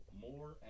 more